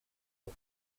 rue